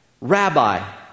rabbi